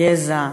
גזע,